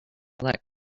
that